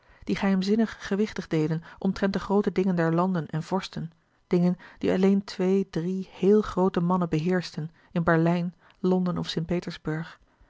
die geheimzinnig gewichtig deden omtrent de groote dingen der landen en vorsten dingen die alleen twee drie héel groote mannen beheerschten in berlijn londen of